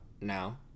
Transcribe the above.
now